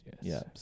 yes